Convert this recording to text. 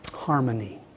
Harmony